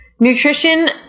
Nutrition